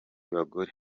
bagore